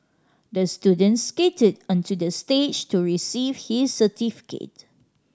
the student skated onto the stage to receive his certificate